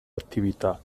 attività